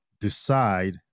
decide